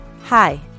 Hi